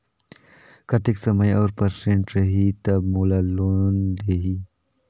कतेक समय और परसेंट रही तब मोला लोन देही?